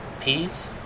peas